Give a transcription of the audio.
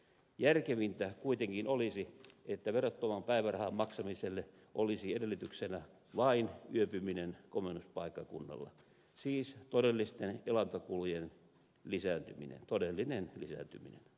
järkevintä kuitenkin olisi että verottoman päivärahan maksamiselle olisi edellytyksenä vain yöpyminen komennuspaikkakunnalla siis todellisten elantokulujen todellinen lisääntyminen